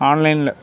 ஆன்லைனில்